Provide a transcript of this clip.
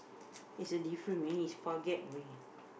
there's a different way is forget where he